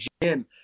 gym